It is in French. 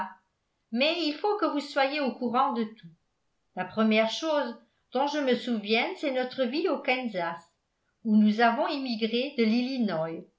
mais il faut que vous soyez au courant de tout la première chose dont je me souvienne c'est notre vie au kansas où nous avons immigré de l'illinois